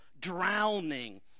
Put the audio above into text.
drowning